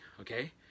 okay